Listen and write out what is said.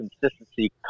consistency